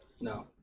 No